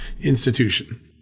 institution